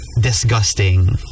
disgusting